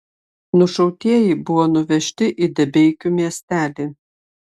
nušautieji buvo nuvežti į debeikių miestelį